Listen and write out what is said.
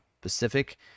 pacific